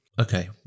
Okay